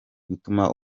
gutuma